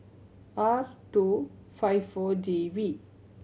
R two five Four D V